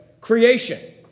Creation